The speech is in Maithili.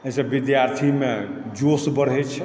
जहिसँ विद्यार्थीमे जोश बढ़ै छै